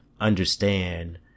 understand